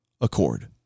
accord